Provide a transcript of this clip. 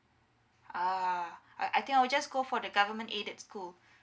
ah I I think I'll just go for the government aided school